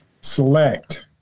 select